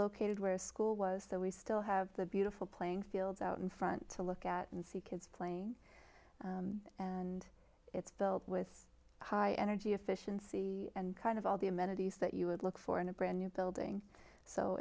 located where school was so we still have the beautiful playing fields out in front to look at and see kids playing and it's filled with high energy efficiency and kind of all the amenities that you would look for in a brand new building so